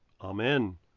Amen